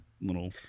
little